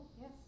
Yes